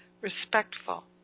respectful